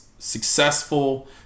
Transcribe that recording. Successful